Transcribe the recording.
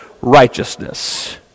righteousness